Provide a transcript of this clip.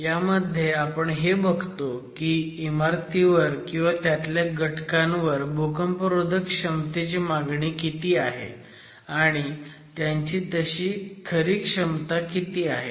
ह्यामध्ये आपण हे बघतो की इमारतीवर किंवा त्यातल्या घटकांवर भूकंपरोधक क्षमतेची मागणी किती आहे आणि त्यांची तशी खरी क्षमता किती आहे